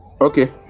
okay